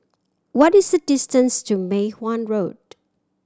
what is the distance to Mei Hwan Road